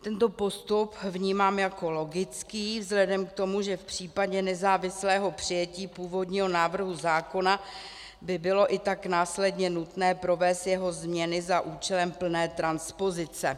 Tento postup vnímám jako logický vzhledem k tomu, že v případě nezávislého přijetí původního návrhu zákona by bylo i tak následně nutné provést jeho změny za účelem plné transpozice.